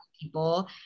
people